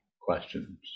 Questions